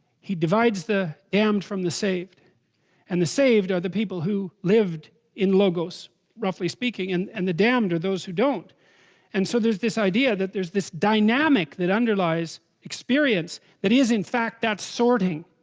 he divides the damned from the saved and the saved are the people who lived in logos roughly speaking and and the or those who don't and so there's this idea that there's this dynamic that underlies experience that is in fact that sorting